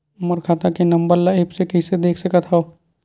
मोर खाता के नंबर ल एप्प से कइसे देख सकत हव?